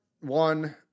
one